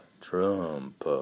Trump